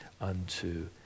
unto